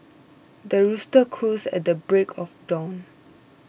the rooster crows at the break of dawn